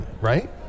right